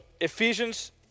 Ephesians